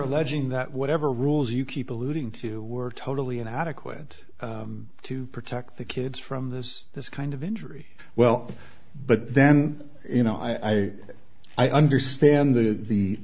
alleging that whatever rules you keep alluding to were totally inadequate to protect the kids from this this kind of injury well but then you know i i understand the the